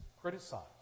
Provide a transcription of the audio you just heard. criticized